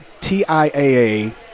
TIAA